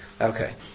Okay